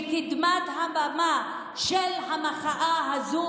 בקדמת הבמה של המחאה הזו,